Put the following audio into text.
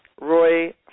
Roy